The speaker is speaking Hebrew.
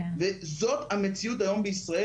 זאת המציאות היום בישראל.